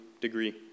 degree